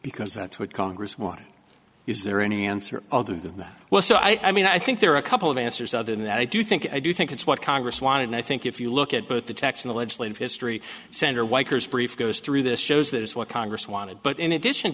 because that's what congress wanted is there any answer other than that well so i mean i think there are a couple of answers other than that i do think i do think it's what congress wanted and i think if you look at both the tax in the legislative history senator weicker brief goes through this shows that is what congress wanted but in addition